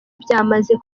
byamaze